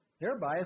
thereby